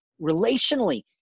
relationally